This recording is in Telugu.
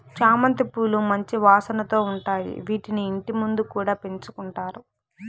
చామంతి పూలు మంచి వాసనతో ఉంటాయి, వీటిని ఇంటి ముందు కూడా పెంచుకుంటారు